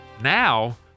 now